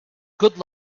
good